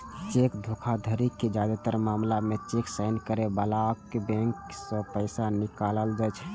cheque धोखाधड़ीक जादेतर मामला मे चेक साइन करै बलाक बैंक सं पैसा निकालल जाइ छै